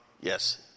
Yes